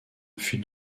fut